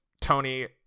Tony